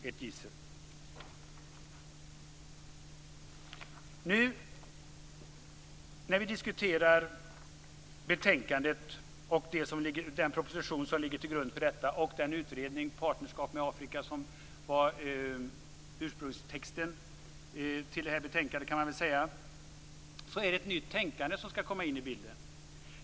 När vi nu diskuterar betänkandet, den proposition som ligger till grund för detta och den utredning, Partnerskap med Afrika, som man kan säga var ursprungstexten till betänkandet är det ett nytt tänkande som skall komma in i bilden.